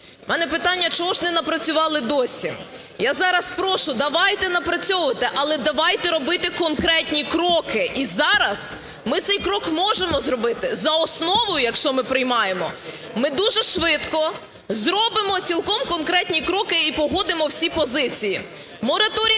В мене питання: чого ж не напрацювали досі. Я зараз прошу, давайте напрацьовувати, але давайте робити конкретні кроки, і зараз ми цей крок можемо зробити. За основу якщо ми приймаємо, ми дуже швидко зробимо цілком конкретні кроки і погодимо всі позиції. Мораторій не